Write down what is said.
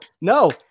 no